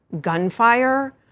gunfire